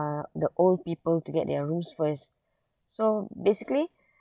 the old people to get their rooms first so basically